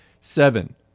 Seven